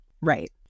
Right